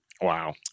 Wow